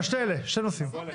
שני אלה, שני נושאים.